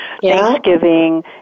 Thanksgiving